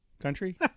country